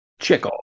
chickle